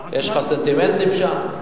יש לך סנטימנטים שם.